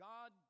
God